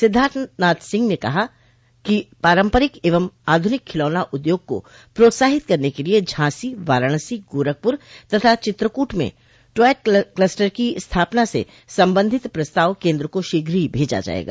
सिद्वार्थनाथ सिंह ने बताया कि पारम्परिक एवं आधुनिक खिलौना उद्योग को प्रोत्साहित करने के लिये झांसी वाराणसी गोरखपुर एवं चित्रकूट में ट्वाय कलस्टर की स्थापना से संबंधित प्रस्ताव केन्द्र को शीघ्र ही भेजा जायेगा